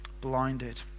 blinded